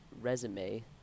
resume